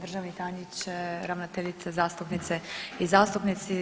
Državni tajniče, ravnateljice, zastupnice i zastupnici.